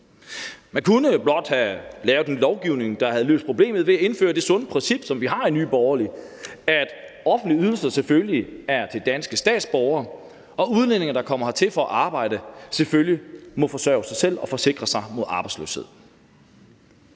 Man kunne blot have lavet en lovgivning, der havde løst problemet ved at indføre det sunde princip, som vi har i Nye Borgerlige, nemlig at offentlige ydelser selvfølgelig er til danske statsborgere, og udlændinge, der kommer hertil for at arbejde, må selvfølgelig forsørge sig selv og forsikre sig mod arbejdsløshed.